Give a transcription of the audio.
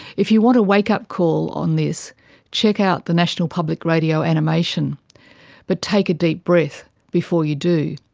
if you want a wakeup call on this check out the national public radio animation but take a deep breath before you do,